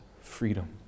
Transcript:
freedom